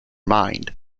mind